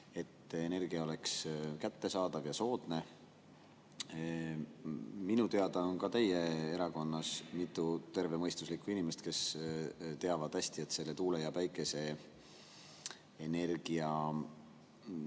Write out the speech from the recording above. et energia oleks kättesaadav ja soodne. Minu teada on ka teie erakonnas mitu tervemõistuslikku inimest, kes teavad hästi, et selle tuule‑ ja päikeseenergia